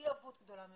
מחויבות גדולה מאוד,